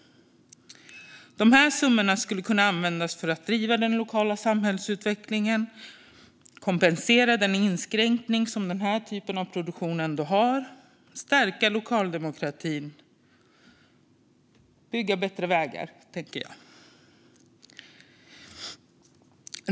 Dessa summor skulle kunna användas för att driva den lokala samhällsutvecklingen, kompensera den inskränkning som denna typ av produktion ändå medför, stärka den lokala demokratin och bygga bättre vägar.